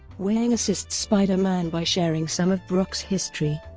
weying assists spider-man by sharing some of brock's history.